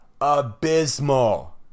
abysmal